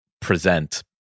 present